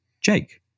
Jake